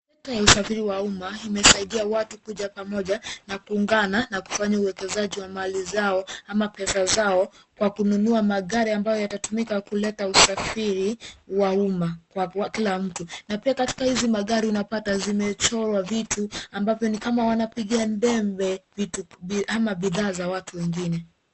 Sekta ya usafiri wa umma imesaidia watu kuja pamoja na kuungana na kufanya uwekezaji wa mali zao ama pesa zao kwa kununua magari ambayo yatatumika kuleta usafiri wa umma kwa kila mtu. Na pia katika hizi magari unapata zimechorwa vitu ambavyo ni kama wanapigia debe vitu ama bidhaa za watu wengine.